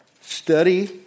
Study